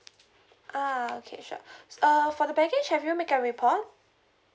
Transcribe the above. ah okay sure uh for the package have you make a report